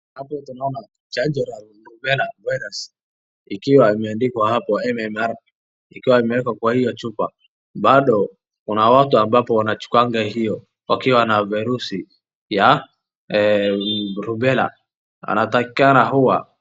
Hapo tunaona chanjo ya rubella virus ikiwa imeandikwa hapo MMR ikiwa imewekwa kwa hiyo chupa, bado kuna watu ambao wanachukuanga hiyo wakiwa na vairasi ya rubela. Anatakikana huwa.